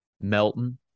Melton